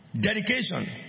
Dedication